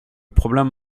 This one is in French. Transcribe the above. problème